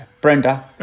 Brenda